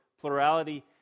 plurality